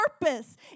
purpose